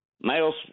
Males